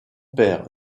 père